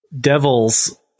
Devils